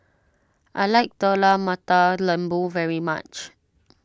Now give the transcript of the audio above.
I like Telur Mata Lembu very much